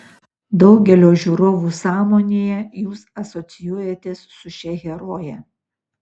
daugelio žiūrovų sąmonėje jūs asocijuojatės su šia heroje